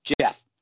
Jeff